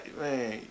Man